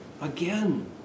again